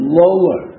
lower